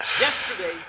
Yesterday